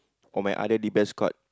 on my other D_B_S card